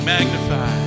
Magnify